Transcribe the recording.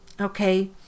Okay